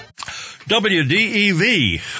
WDEV